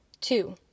Two